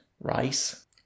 rice